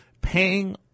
paying